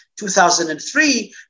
2003